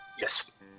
Yes